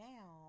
Now